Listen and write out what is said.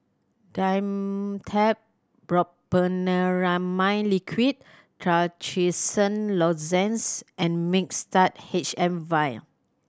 Dimetapp Brompheniramine Liquid Trachisan Lozenges and Mixtard H M Vial